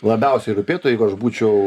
labiausiai rūpėtų jeigu aš būčiau